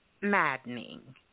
maddening